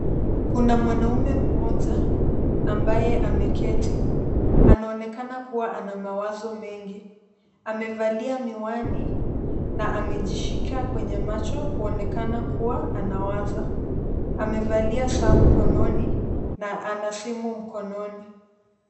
Kuna mwanaume mmoja ambaye ameketi. Anaonekana kuwa na mawazo mengi. Amevalia miwani na amejishika kwenye macho, kuonyesha kuwa anawaza. Amevalia saa mkononi na simu mkononi.